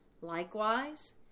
Likewise